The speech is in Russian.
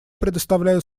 предоставляю